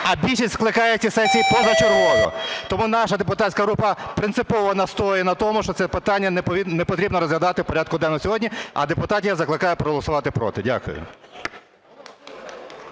А більшість скликає ці сесії позачергово. Тому наша депутатська група принципово настоює на тому, що це питання не потрібно розглядати в порядку денному сьогодні. А депутатів я закликаю проголосувати проти. Дякую.